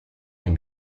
can